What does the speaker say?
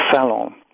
Salon